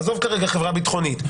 עזוב כרגע חברה ביטחונית,